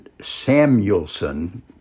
Samuelson